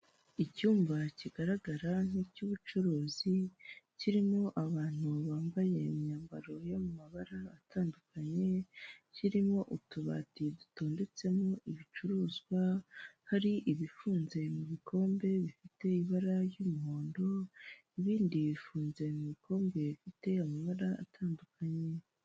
Icyumba kigaragara nk'iy'ubucuruzi kirimo abantu bambaye imyambaro yo mu mabara atandukanye, kirimo utubati dutondetsemo ibicuruzwa hari ibifunze mu bikombe bifite ibara ry'umuhondo, ibindi bifunze mubikombe bifite amabara atandukanye.